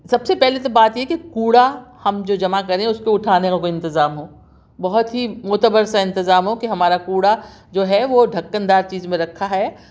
سب سے پہلے تو بات یہ ہے کہ کوڑا ہم جو جمع کریں اُس کو اُٹھانے کا کوئی انتظام ہو بہت ہی معتبر سا انتظام ہو کہ ہمارا کوڑا جو ہے وہ ڈھکن دار چیز میں رکھا ہے